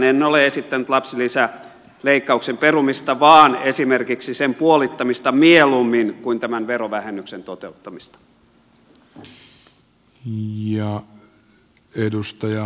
en ole esittänyt lapsilisäleikkauksen perumista vaan esimerkiksi sen puolittamista mieluummin kuin tämän verovähennyksen toteuttamista